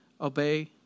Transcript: obey